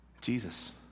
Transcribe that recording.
Jesus